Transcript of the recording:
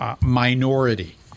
minority